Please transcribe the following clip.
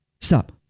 stop